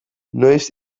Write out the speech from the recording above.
noiz